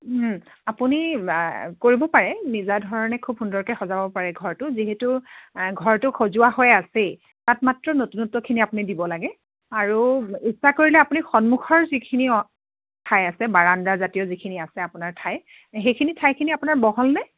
আপুনি কৰিব পাৰে নিজা ধৰণে খুব সুন্দৰকৈ সজাব পাৰে ঘৰটো যিহেতু ঘৰটো সজোৱা হৈ আছেই তাত মাত্ৰ নতুনত্বখিনি আপুনি দিব লাগে আৰু ইচ্ছা কৰিলে আপুনি সন্মুখৰ যিখিনি ঠাই আছে বাৰান্দাজাতীয় যিখিনি আছে আপোনাৰ ঠাই সেইখিনি ঠাইখিনি আপোনাৰ বহলনে